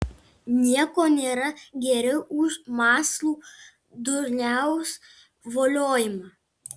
nieko nėra geriau už mąslų durniaus voliojimą